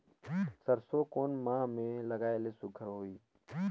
सरसो कोन माह मे लगाय ले सुघ्घर होही?